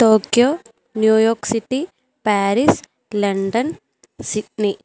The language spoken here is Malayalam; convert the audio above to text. Tokyo New York City Paris London Sydney